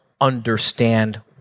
understand